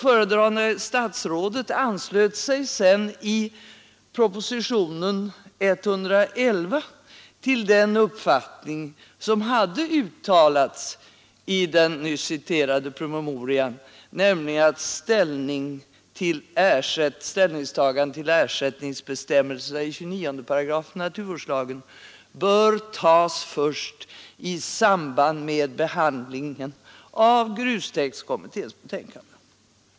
Föredragande statsrådet anslöt sig sedan i propositionen 1972:111 till den uppfattning som hade uttalats i den nu citerade promemorian, nämligen att ställning till ersättningsbestämmelserna i 29 § NVL bör tas först i samband med behandlingen av grustäktskommitténs betänkande.